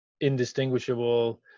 indistinguishable